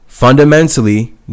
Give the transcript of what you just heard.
Fundamentally